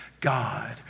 God